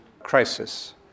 crisis